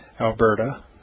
Alberta